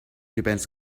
depends